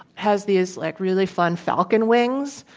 has these, like, really fun falcon wings,